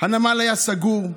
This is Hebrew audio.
הנמל היה סגור,